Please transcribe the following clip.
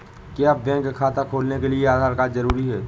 क्या बैंक खाता खोलने के लिए आधार कार्ड जरूरी है?